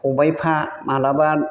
खबाइफा माब्लाबा